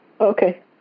Okay